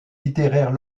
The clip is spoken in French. littéraire